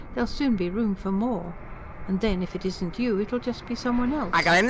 there'll soon be room for more and then, if it isn't you, it'll just be some one else.